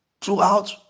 throughout